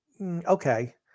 Okay